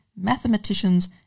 mathematicians